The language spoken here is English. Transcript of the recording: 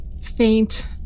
faint